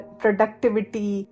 productivity